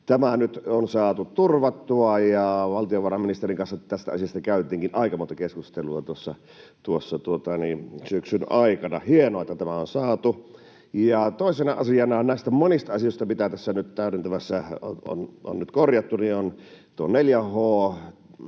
nyt on saatu turvattua, ja valtiovarainministerin kanssa tästä asiasta käytiinkin aika monta keskustelua tuossa syksyn aikana. Hienoa, että tämä on saatu. Toisena asiana näistä monista asioista, mitä tässä täydentävässä on nyt korjattu, tuo 4H: